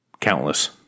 Countless